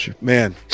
man